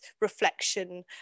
reflection